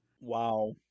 Wow